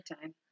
time